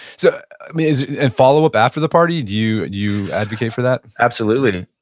so and follow up after the party? do you you advocate for that? absolutely.